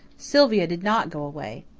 sylvia did not go away.